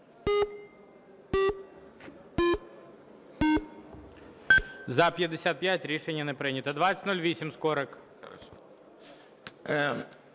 За-55 Рішення не прийнято. 2008, Скорик.